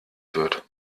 wird